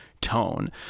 tone